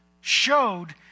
showed